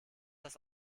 das